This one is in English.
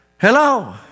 Hello